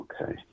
Okay